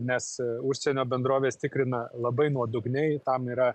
nes užsienio bendrovės tikrina labai nuodugniai tam yra